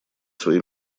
свои